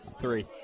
three